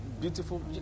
Beautiful